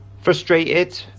Frustrated